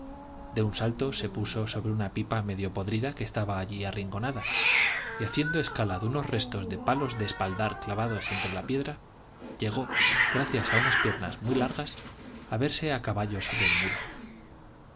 de un salto se puso sobre una pipa medio podrida que estaba allá arrinconada y haciendo escala de unos restos de palos de espaldar clavados entre la piedra llegó gracias a unas piernas muy largas a verse a caballo sobre el muro